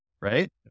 right